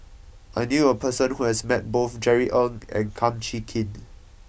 I knew a person who has met both Jerry Ng and Kum Chee Kin